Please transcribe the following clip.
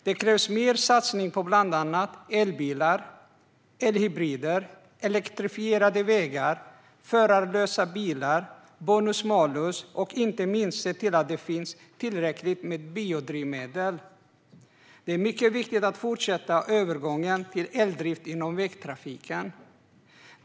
Det krävs mer satsning på bland annat elbilar, elhybrider, elektrifierade vägar, förarlösa bilar, bonus-malus-system och inte minst på att se till att det finns tillräckligt med biodrivmedel. Det är mycket viktigt att fortsätta övergången till eldrift inom vägtrafiken.